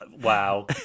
wow